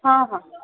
हां हां